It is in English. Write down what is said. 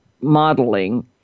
modeling